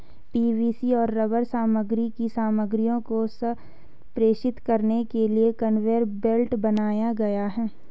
PVC और rubber सामग्री की सामग्रियों को संप्रेषित करने के लिए कन्वेयर बेल्ट बनाए गए हैं